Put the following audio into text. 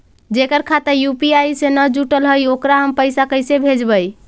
जेकर खाता यु.पी.आई से न जुटल हइ ओकरा हम पैसा कैसे भेजबइ?